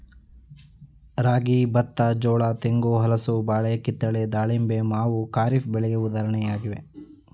ರಾಗಿ, ಬತ್ತ, ಜೋಳ, ತೆಂಗು, ಹಲಸು, ಬಾಳೆ, ಕಿತ್ತಳೆ, ದಾಳಿಂಬೆ, ಮಾವು ಖಾರಿಫ್ ಬೆಳೆಗೆ ಉದಾಹರಣೆಯಾಗಿವೆ